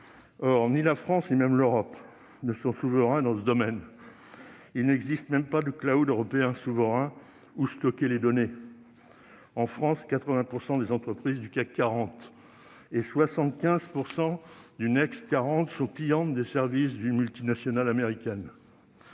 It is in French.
Or ni la France ni même l'Europe ne sont souveraines dans ce domaine. Il n'existe même pas de européen souverain où stocker les données ! En France, 80 % des entreprises du CAC 40 et 75 % des entreprises du Next 40 sont clientes des services d'une multinationale américaine.